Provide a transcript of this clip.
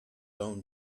own